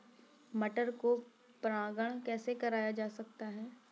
मटर को परागण कैसे कराया जाता है?